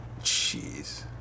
Jeez